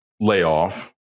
layoff